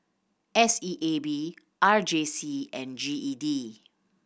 S E A B R J C and G E D